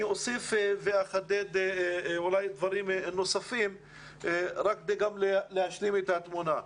אני אוסיף ואחדד אולי דברים נוספים כדי להשלים את התמונה.